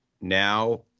Now